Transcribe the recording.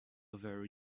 over